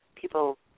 People